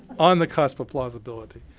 on the cusp of plausibility.